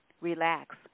Relax